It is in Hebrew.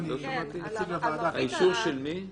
אני מציג לוועדה את מה שדיברנו בינינו.